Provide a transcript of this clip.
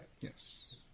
Yes